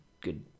good